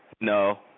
no